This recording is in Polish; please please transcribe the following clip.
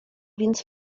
więc